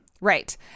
Right